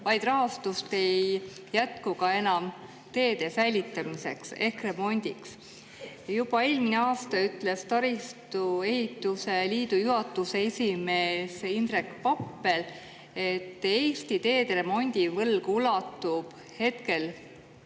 vaid rahastust ei jätku enam ka teede säilitamiseks ehk remondiks. Juba eelmisel aastal ütles taristuehituse liidu juhatuse esimees Indrek Pappel, et Eesti teede remondivõlg ulatub 4,4